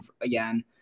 again